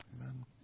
Amen